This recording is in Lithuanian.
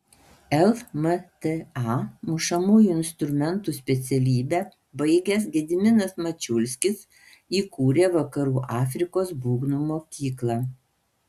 lmta mušamųjų instrumentų specialybę baigęs gediminas mačiulskis įkūrė vakarų afrikos būgnų mokyklą